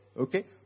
Okay